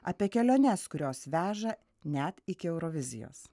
apie keliones kurios veža net iki eurovizijos